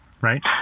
right